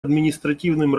административным